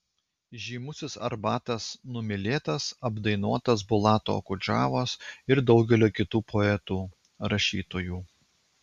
žymusis arbatas numylėtas apdainuotas bulato okudžavos ir daugelio kitų poetų rašytojų